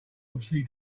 obviously